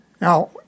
Now